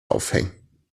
aufhängen